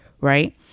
right